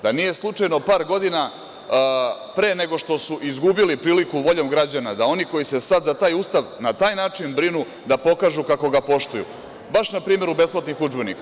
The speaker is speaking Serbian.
Da nije slučajno par godina pre nego što su izgubili priliku voljom građana da oni koji se sada za taj Ustav na taj način brinu, da pokažu kako ga poštuju, baš na primeru besplatnih udžbenika?